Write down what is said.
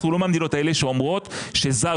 אנחנו לא מהמדינות האלה שאומרות שזר